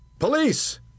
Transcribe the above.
Police